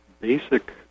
basic